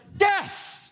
yes